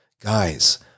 guys